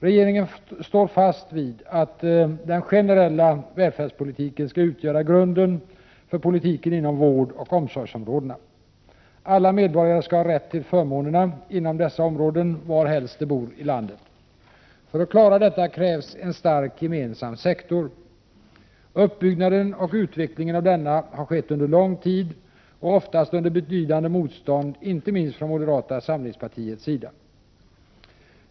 Regeringen står fast vid att den generella välfärdspolitiken skall utgöra grunden för politiken inom vårdoch omsorgsområdena. Alla medborgare skall ha rätt till förmånerna inom dessa områden varhelst de bor i landet. För att klara detta krävs en stark gemensam sektor. Uppbyggnaden och utvecklingen av denna har skett under lång tid och oftast under betydande motstånd, inte minst från moderata samlingspartiets sida.